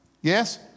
Yes